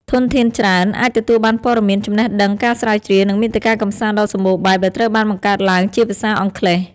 ធនធានច្រើន អាចទទួលបានព័ត៌មាន ចំណេះដឹង ការស្រាវជ្រាវ និងមាតិកាកម្សាន្តដ៏សម្បូរបែបដែលត្រូវបានបង្កើតឡើងជាភាសាអង់គ្លេស។